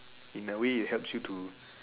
in a way it helps you to